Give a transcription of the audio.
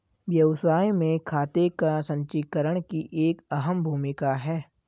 व्यवसाय में खाते का संचीकरण की एक अहम भूमिका है